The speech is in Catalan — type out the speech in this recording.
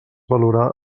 valorar